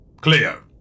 Cleo